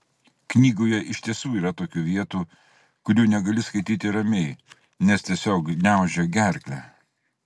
knygoje iš tiesų yra tokių vietų kurių negali skaityti ramiai nes tiesiog gniaužia gerklę